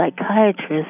psychiatrist